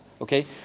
Okay